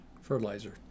fertilizer